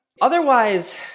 Otherwise